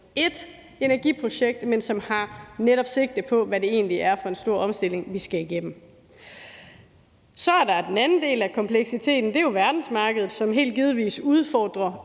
som netop har sigte på, hvad det egentlig er for en stor omstilling, vi skal igennem. Så er der den anden del af kompleksiteten, og det er jo verdensmarkedet, som helt givetvis udfordrer